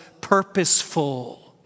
purposeful